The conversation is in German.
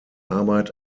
arbeit